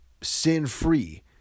sin-free